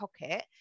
pocket